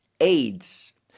AIDS